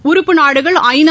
உறுப்புநாடுகள் ஐநா